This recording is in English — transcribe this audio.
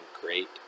great